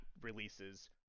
releases